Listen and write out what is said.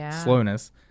slowness